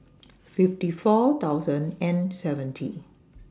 fifty four thousand and seventy